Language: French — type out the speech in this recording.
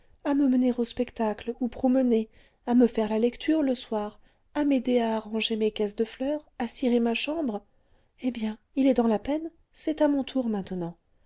à me mener au spectacle ou promener à me faire la lecture le soir à m'aider à arranger mes caisses de fleurs à cirer ma chambre eh bien il est dans la peine c'est à mon tour maintenant